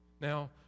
Now